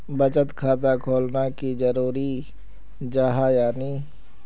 बचत खाता खोलना की जरूरी जाहा या नी?